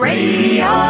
Radio